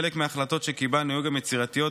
חלק מההחלטות שקיבלנו היו גם יצירתיות,